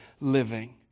living